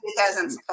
2005